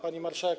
Pani Marszałek!